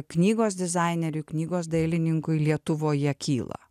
knygos dizaineriui knygos dailininkui lietuvoje kyla